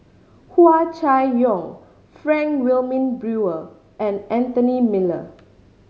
Hua Chai Yong Frank Wilmin Brewer and Anthony Miller